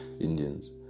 Indians